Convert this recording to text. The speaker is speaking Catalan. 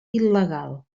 il·legal